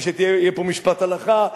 ושיהיה פה משפט הלכה.